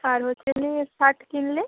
আর হচ্ছে এমনি শার্ট কিনলে